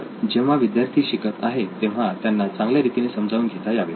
तर जेव्हा विद्यार्थी शिकत आहेत तेव्हा त्यांना चांगल्या रीतीने समजावून घेता यावे